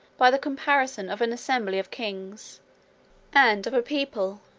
by the comparison of an assembly of kings and of a people,